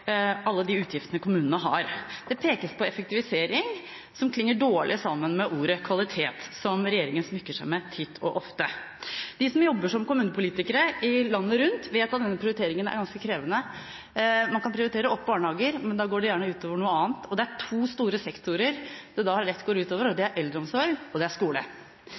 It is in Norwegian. alle de utgiftene kommunene har. Det pekes på effektivisering, som klinger dårlig sammen med kvalitet, noe regjeringen smykker seg med titt og ofte. De som jobber som kommunepolitikere landet rundt, vet at denne prioriteringen er ganske krevende. Man kan prioritere opp barnehager, men da går det ofte ut over noe annet. Det er to store sektorer det da lett går ut over: Det er eldreomsorg, og det er skole.